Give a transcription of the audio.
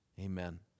Amen